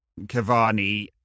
Cavani